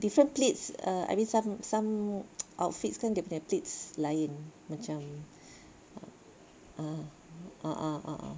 different pleats uh some some outfits kan dia punya pleats lain macam ah a'ah a'ah